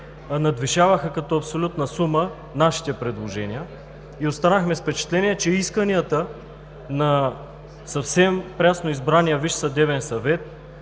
надвишаваха като абсолютна сума нашите предложения и останахме с впечатление, че исканията на съвсем прясно избрания Висш съдебен съвет,